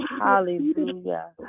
hallelujah